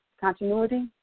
continuity